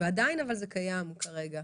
ועדיין זה קיים כרגע.